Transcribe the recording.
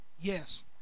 Yes